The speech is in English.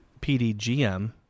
PDGM